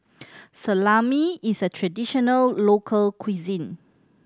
salami is a traditional local cuisine